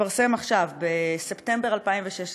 שהתפרסם עכשיו, בספטמבר 2016,